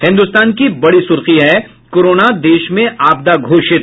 हिन्दुस्तान की बड़ी सुर्खी है कोरोना देश में आपदा घोषित